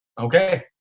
Okay